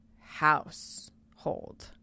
household